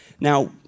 Now